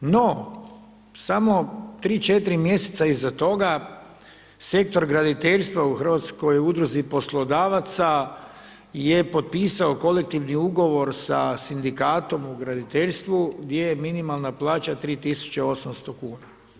No, samo 3, 4 mjeseca iza toga sektor graditeljstva u Hrvatskoj udruzi poslodavaca je potpisao kolektivni ugovor sa sindikatom u graditeljstvu gdje je minimalna plaća 3800 kuna.